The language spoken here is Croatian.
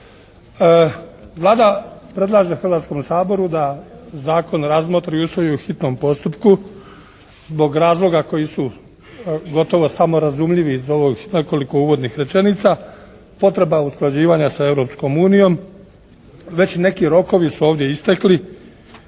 Vlada predlaže Hrvatskom saboru da zakon razmotri i usvoji u hitnom postupku zbog razloga koji su gotovo samo razumljivi iz ovo nekoliko uvodnih rečenica, potreba usklađivanja sa Europskom unijom. Već neki rokovi su ovdje istekli